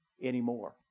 anymore